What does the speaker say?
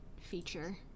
feature